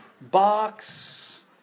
Box